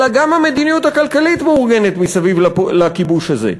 אלא גם המדיניות הכלכלית מאורגנת מסביב לכיבוש הזה.